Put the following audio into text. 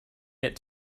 yet